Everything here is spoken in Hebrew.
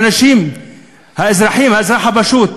לאנשים במצב סוציו-אקונומי נמוך.